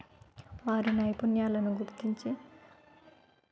వారి నైపుణ్యాలను గుర్తించి